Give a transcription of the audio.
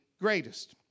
greatest